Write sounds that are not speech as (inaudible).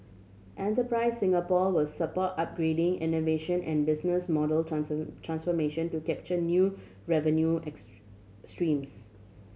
Enterprise Singapore will support upgrading innovation and business model (unintelligible) transformation to capture new revenue (unintelligible) streams